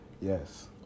yes